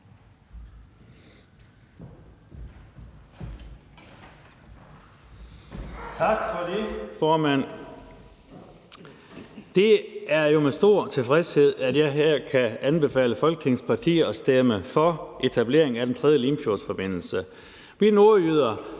Tak for det, formand. Det er jo med stor tilfredshed, at jeg her kan anbefale folketingspartier at stemme for etableringen af Den 3. Limfjordsforbindelse. Vi nordjyder